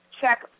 Check